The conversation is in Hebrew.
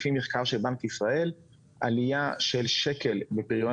לפי מחקר של בנק ישראל עלייה של שקל בפריון